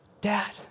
Dad